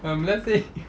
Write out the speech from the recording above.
um let's say